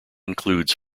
includes